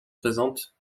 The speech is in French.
présentes